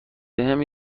بهم